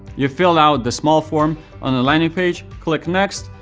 you fill out the small form on a landing page, click next,